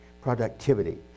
productivity